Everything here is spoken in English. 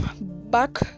back